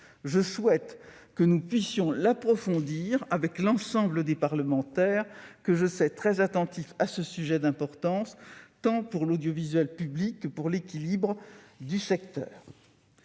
Je souhaite que nous puissions l'approfondir avec l'ensemble des parlementaires, que je sais très attentifs à ce sujet d'importance tant pour l'audiovisuel public que pour l'équilibre du secteur.